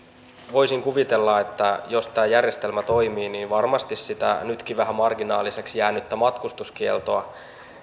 voisin kuvitella että jos tämä järjestelmä toimii niin varmasti sitä nytkin vähän marginaaliseksi jäänyttä matkustuskieltoa